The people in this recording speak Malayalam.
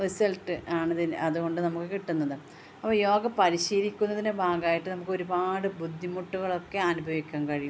റിസൾട്ട് ആണ് ഇതിന് അതുകൊണ്ട് നമുക്ക് കിട്ടുന്നത് യോഗ പരിശീലിക്കുന്നതിൻ്റെ ഭാഗമായിട്ട് നമുക്ക് ഒരുപാട് ബുദ്ധിമുട്ടുകളൊക്കെ അനുഭവിക്കാൻ കഴിയും